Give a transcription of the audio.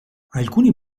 alcuni